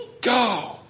Go